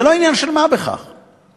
זה לא דבר של מה בכך בתימן.